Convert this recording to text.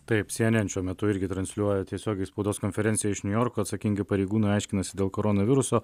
taip cnn šiuo metu irgi transliuoja tiesiogiai spaudos konferenciją iš niujorko atsakingi pareigūnai aiškinosi dėl koronaviruso